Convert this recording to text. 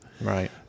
Right